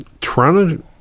Toronto